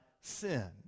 sin